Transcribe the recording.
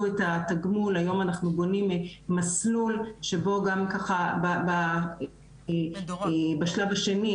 את התגמול היום אנחנו בונים מסלול שבו גם ככה בשלב השני,